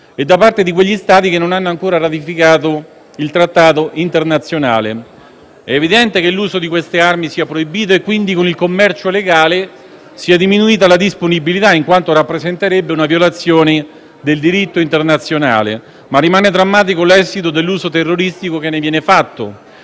e da parte di quegli Stati che non hanno ancora ratificato il trattato internazionale. È evidente che l'uso di queste armi sia proibito e che quindi con il commercio legale sia diminuita la disponibilità, in quanto rappresenterebbe una violazione del diritto internazionale, ma rimane drammatico l'esito dell'uso terroristico che ne viene fatto.